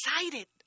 excited